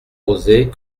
rosées